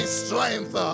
strength